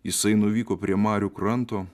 jisai nuvyko prie marių kranto